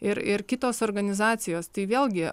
ir ir kitos organizacijos tai vėlgi